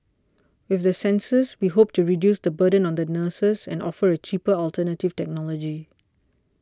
with the sensors we hope to reduce the burden on the nurses and offer a cheaper alternative technology